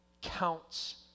Counts